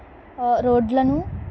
రోడ్లను